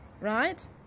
right